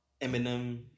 eminem